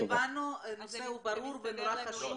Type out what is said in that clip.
יורי, הבנו, הנושא הוא ברור ונורא חשוב.